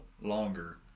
longer